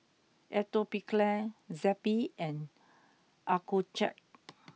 Atopiclair Zappy and Accucheck